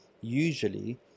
usually